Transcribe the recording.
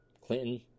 Clinton